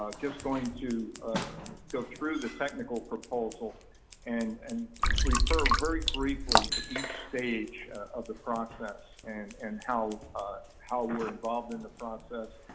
ah just going to go through the technical proposal and and refer very briefly to each stage of the process and and how how we're involved in the process,